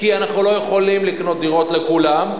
כי אנחנו לא יכולים לקנות דירות לכולם,